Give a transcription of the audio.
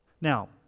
Now